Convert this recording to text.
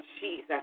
Jesus